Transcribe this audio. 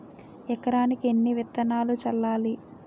ఎకరానికి ఎన్ని విత్తనాలు చల్లాలి?